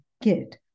get